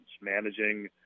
managing